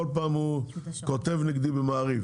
כל פעם הוא כותב נגדי במעריב,